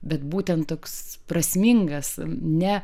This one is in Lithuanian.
bet būtent toks prasmingas ne